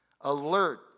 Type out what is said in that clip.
alert